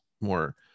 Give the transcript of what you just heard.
more